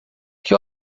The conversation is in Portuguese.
que